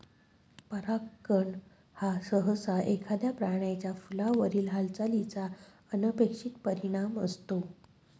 परागकण हा सहसा एखाद्या प्राण्याचा फुलावरील हालचालीचा अनपेक्षित परिणाम असतो